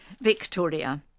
Victoria